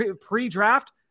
pre-draft